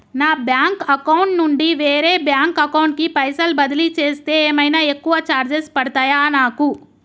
నా bank account నుండి వేరే బ్యాంక్ అకౌంట్ కి పైసల్ బదిలీ చేస్తే ఏమైనా ఎక్కువ చార్జెస్ పడ్తయా నాకు?